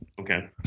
okay